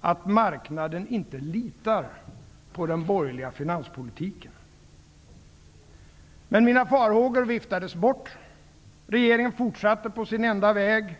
att marknaden inte litar på den borgerliga finanspolitiken.'' Mina farhågor viftades bort. Regeringen fortsatte på sin enda väg.